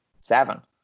Seven